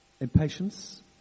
Impatience